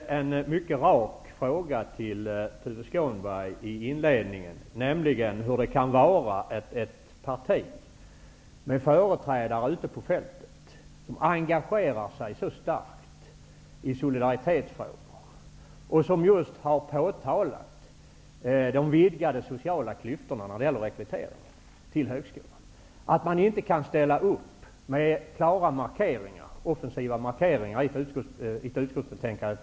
Herr talman! Jag ställde en mycket rak fråga till Tuve Skånberg i inledningen, nämligen: Hur kan det komma sig att ett parti vars företrädare ute på fältet engagerar sig starkt i solidaritetsfrågor och som just har påtalat de vidgade sociala klyftorna när det gäller rekryteringen till högskolan inte kan ställa upp med klara markeringar i ett utskottsbetänkande?